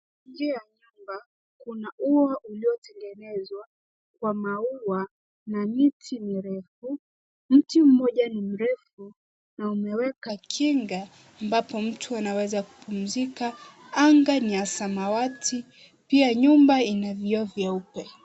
Juu ya nyumba, kuna ua uliotengenezwa kwa maua na miti mirefu. Mti mmoja ni mrefu na umeweka kinga ambapo mtu anaweza akupumzika. Anga ni ya samawati. Pia nyumba ina vioo vyeupe.